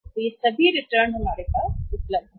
तो ये सभी रिटर्न भी हमारे पास उपलब्ध हैं